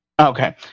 Okay